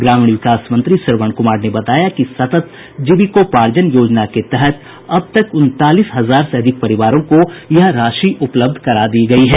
ग्रामीण विकास मंत्री श्रवण कुमार ने बताया कि सतत जीविकोपार्जन योजना के तहत अब तक उनतालीस हजार से अधिक परिवारों को यह राशि उपलब्ध करा दी गयी है